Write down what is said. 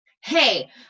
hey